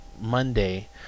Monday